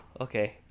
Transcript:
okay